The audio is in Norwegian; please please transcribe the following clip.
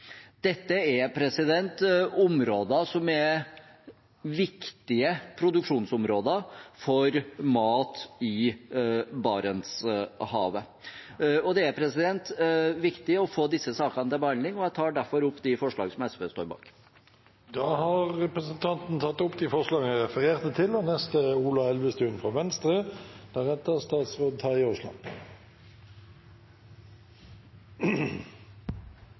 Dette er områder som er viktige produksjonsområder for mat i Barentshavet, og det er viktig å få disse sakene til behandling. Jeg tar derfor opp det forslaget SV er en del av. Representanten Lars Haltbrekken har tatt opp det forslaget han refererte til.